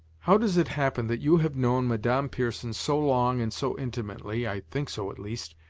how does it happen that you have known madame pierson so long and so intimately, i think so, at least,